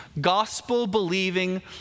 gospel-believing